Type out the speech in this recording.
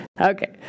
okay